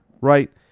right